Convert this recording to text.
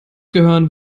gehören